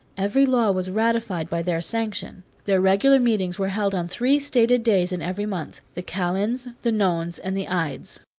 every law was ratified by their sanction. their regular meetings were held on three stated days in every month, the calends, the nones, and the ides.